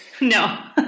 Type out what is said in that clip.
No